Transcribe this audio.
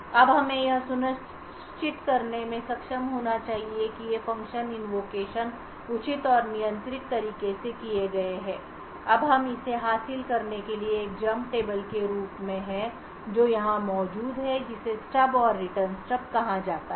अब हमें यह सुनिश्चित करने में सक्षम होना चाहिए कि ये फ़ंक्शन इनवोकेशन उचित और नियंत्रित तरीके से किए गए हैं अब हम इसे हासिल करने के लिए एक जंप टेबल के रूप में है जो यहां मौजूद है जिसे स्टब और रिटर्न स्टब कहा जाता है